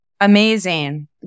Amazing